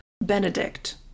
Benedict